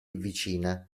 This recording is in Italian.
vicina